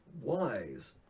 wise